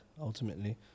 ultimately